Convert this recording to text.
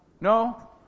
no